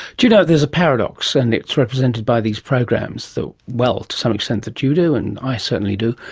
do you know, there's a paradox, and it's represented by these programs that, so well, to some extent that you do and i certainly do,